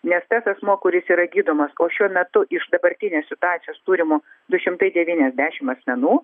nes tas asmuo kuris yra gydomas o šiuo metu iš dabartinės situacijos turimų du šimtai devyniasdešimt asmenų